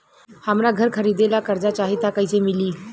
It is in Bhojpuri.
हमरा घर खरीदे ला कर्जा चाही त कैसे मिली?